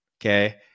Okay